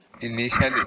Initially